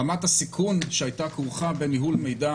רמת הסיכון שהייתה כרוכה בניהול מידע